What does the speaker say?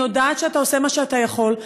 אני יודעת שאתה עושה מה שאתה יכול.